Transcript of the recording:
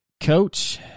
coach